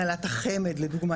הנהלת החמד לדוגמא,